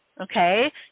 okay